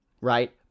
right